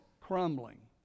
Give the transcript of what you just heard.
crumbling